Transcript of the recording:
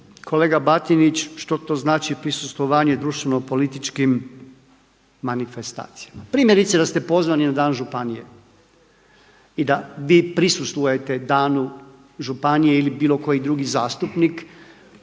kolega Batinić što to znači prisustvovanje društveno-političkim manifestacijama. Primjerice da ste pozvani na dan županije i da vi prisustvujete danu županije ili bilo koji drugi zastupnik